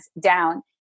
down